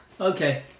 Okay